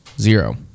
Zero